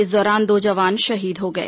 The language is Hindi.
इस दौरान दो जवान शहीद हो गए